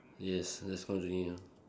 yes let's call Jin Yi ah